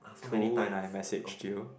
two and I messaged you